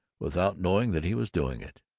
without knowing that he was doing it.